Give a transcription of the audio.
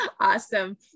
Awesome